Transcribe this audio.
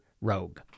rogue